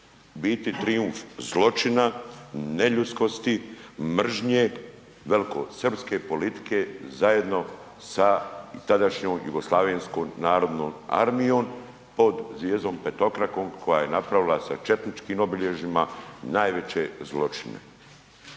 biti trijumf zločina, neljudskosti, mržnje, velikosrpske politike zajedno sa tadašnjom JNA-a pod zvijezdom petokrakom koja je napravila sa četničkim obilježjima najveće zločine.